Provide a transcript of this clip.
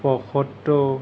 পয়সত্তৰ